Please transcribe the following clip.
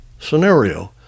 scenario